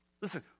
listen